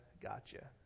Gotcha